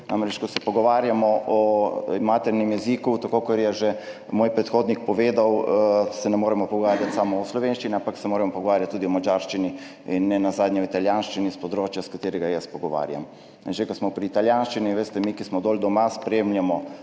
Namreč ko se pogovarjamo o maternem jeziku, tako kot je že moj predhodnik povedal, se ne moremo pogovarjati samo o slovenščini, ampak se moramo pogovarjati tudi o madžarščini in nenazadnje o italijanščini s področja, s katerega jaz prihajam. Že ko smo pri italijanščini, veste, mi, ki smo doli doma, spremljamo